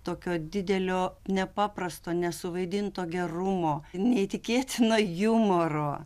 tokio didelio nepaprasto nesuvaidinto gerumo neįtikėtino jumoro